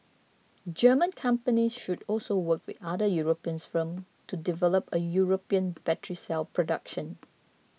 German companies should also work with other Europeans firm to develop a European battery cell production